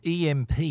EMP